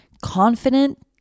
confident